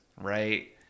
right